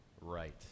right